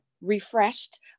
refreshed